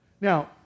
Now